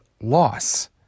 loss